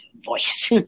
voice